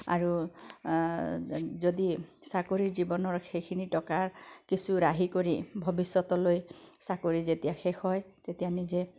আৰু যদি চাকৰি জীৱনৰ সেইখিনি টকা কিছু ৰাহি কৰি ভৱিষ্যতলৈ চাকৰি যেতিয়া শেষ হয় তেতিয়া নিজে